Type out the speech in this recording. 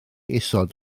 isod